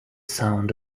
sound